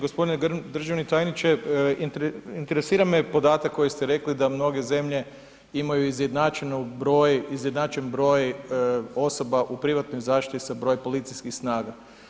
Gospodine državni tajniče, interesira me podatak koji ste rekli da mnoge zemlje imaju izjednačen broj osoba u privatnoj zaštiti sa brojem policijskih snaga.